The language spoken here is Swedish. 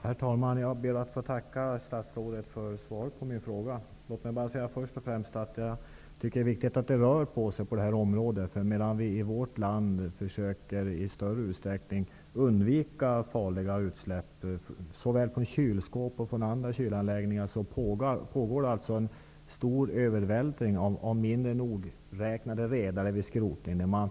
Herr talman! Jag ber att få tacka statsrådet för svaret på min fråga. Låt mig först och främst säga att jag tycker att det är viktigt att det rör på sig på det här området. Medan vi i vårt land i större utsträckning försöker att undvika farliga utsläpp från kylskåp och andra kylanläggningar, pågår en stor övervältring från mindre nogräknade redare vid skrotning av fartygen.